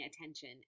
attention